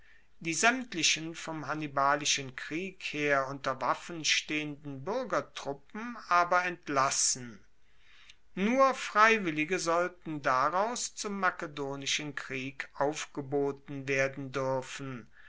die saemtlichen vom hannibalischen krieg her unter waffen stehenden buergertruppen aber entlassen nur freiwillige sollten daraus zum makedonischen krieg aufgeboten werden duerfen